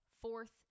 fourth